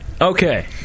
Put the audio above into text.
Okay